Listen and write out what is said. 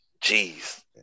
Jeez